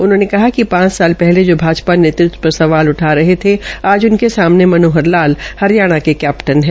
उन्होंने कहा कि पांच साल पहले जो भाजपा नेत्तत्व पर सवाल उठा रहे थे आज उनके सामने मनोहर लाल हरियाणा के कैप्टन है